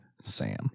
Sam